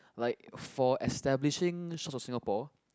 like for establishing source of Singapore